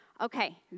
Okay